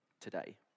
today